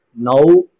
Now